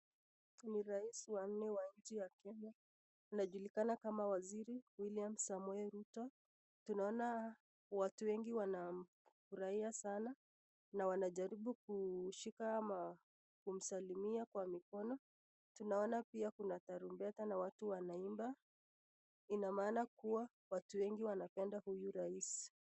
Ni rais wa nne wa nchi ya kenya, anajulikana kama waziri william Samoei Ruto, tunaona watu wengi wanamfurahia sana na wanajaribu kushika ama kumsalimia kwa mikono, tunaona pia kuna tarumbeta na watu wanaimba, ina maana kuwa watu wengi wanapenda huyu rais.